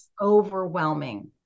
overwhelming